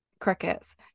crickets